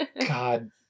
God